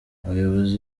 abayobozi